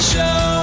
Show